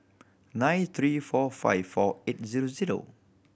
nine three four five four eight zero zero